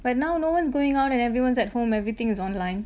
but now no one's going out and everyone's at home everything is online